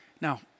Now